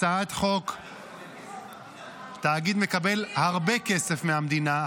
התאגיד מקבל הרבה כסף מהמדינה.